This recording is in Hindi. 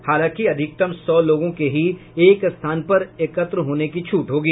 हालांकि अधिकतम सौ लोगों के ही एक स्थान पर एकत्र होने की छूट होगी